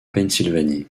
pennsylvanie